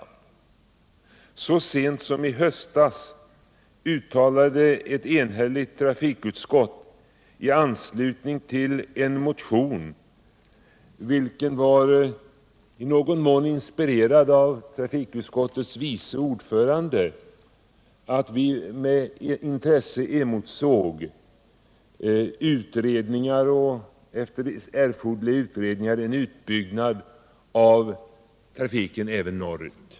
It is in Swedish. Så sent som i departementets någon mån var inspirerad av trafikutskottets vice ordförande, att vi med råde intresse emotsåg, efter erforderliga utredningar, en utbyggnad av trafiken även norrut.